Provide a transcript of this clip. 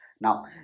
Now